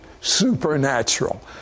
supernatural